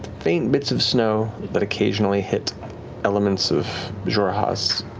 faint bits of snow that occasionally hit elements of xhorhas,